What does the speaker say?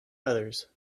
others